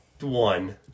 One